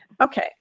Okay